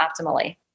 optimally